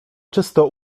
czysto